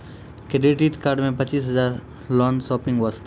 Credit card मे पचीस हजार हजार लोन शॉपिंग वस्ते?